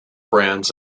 brands